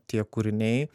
tie kūriniai